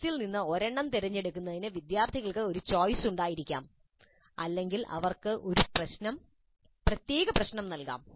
ലിസ്റ്റിൽ നിന്ന് ഒരെണ്ണം തിരഞ്ഞെടുക്കുന്നതിന് വിദ്യാർത്ഥികൾക്ക് ഒരു ചോയിസ് ഉണ്ടായിരിക്കാം അല്ലെങ്കിൽ അവർക്ക് ഒരു പ്രത്യേക പ്രശ്നം നൽകാം